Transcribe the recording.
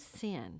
sin